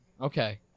Okay